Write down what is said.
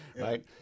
right